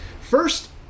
First